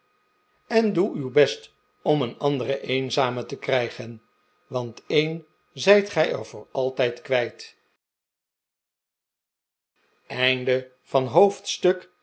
en doe uw best om een anderen eenzame te krijgen want een zijt gij er voor altijd kwijt hoofdstuk